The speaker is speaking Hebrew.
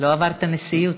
לא עבר את הנשיאות.